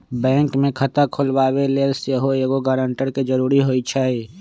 bank में खता खोलबाबे लेल सेहो एगो गरानटर के जरूरी होइ छै